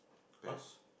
best